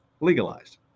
legalized